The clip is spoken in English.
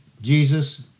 Jesus